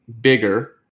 bigger